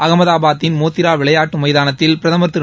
அகமதாபாத்தின் மோத்திரா விளையாட்டு மைதானத்தை பிரதமர் திரு